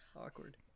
awkward